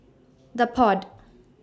The Pod